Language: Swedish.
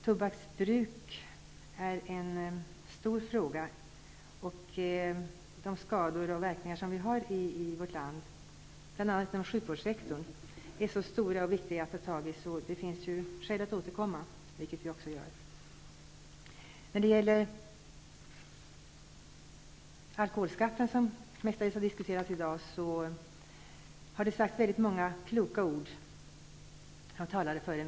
Tobaksbruket och de skador och verkningar som det har i vårt land, bl.a. inom sjukvårdssektorn, är en stor fråga. De problemen är stora och viktiga att ta tag i, och det finns därför skäl att återkomma, vilket vi också kommer att göra. När det gäller alkoholskatten, som har diskuterats i dag, har det här sagts många kloka ord av tidigare talare.